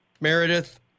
Meredith